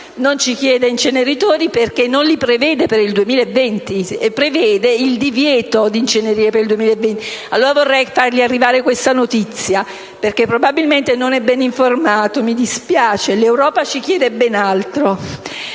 non ci chiede inceneritori, perché non li prevede per il 2020: per quella data prevede il divieto di incenerire. Allora vorrei fargli arrivare questa notizia, perché probabilmente non è bene informato e mi dispiace: l'Europa ci chiede ben altro!